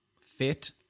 fit